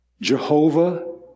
Jehovah